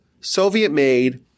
Soviet-made